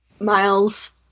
Miles